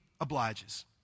obliges